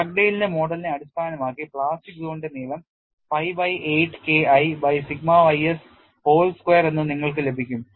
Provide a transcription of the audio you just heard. ഡഗ്ഡെയ്ലിന്റെ മോഡലിനെ അടിസ്ഥാനമാക്കി പ്ലാസ്റ്റിക് സോണിന്റെ നീളം pi by 8 K I by sigma ys whole square എന്ന് നിങ്ങൾക്ക് ലഭിക്കും